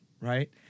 Right